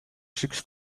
six